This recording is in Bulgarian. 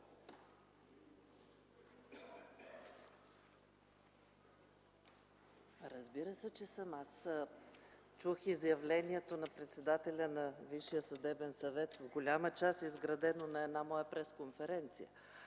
МИХАЙЛОВА (СК): Чух изявлението на председателя на Висшия съдебен съвет, в голяма част изградено на една моя пресконференция,